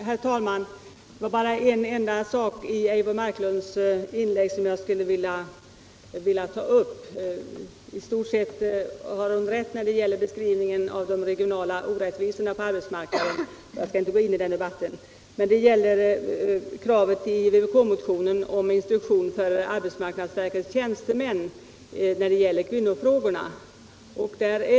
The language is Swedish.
Herr talman! Jag skulle vilja ta upp bara en enda sak i Eivor Marklunds inlägg. I stort sett har hon rätt när det gäller beskrivningen av de regionala orättvisorna på arbetsmarknaden, men jag skall inte gå in i den debatten. I vpk-motionen krävs instruktion för arbetsmarknadsverkets tjänstemän beträffande kvinnofrågorna.